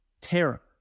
terror